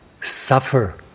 suffer